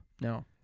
No